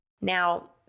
Now